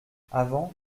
avant